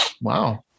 Wow